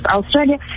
Australia